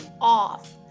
off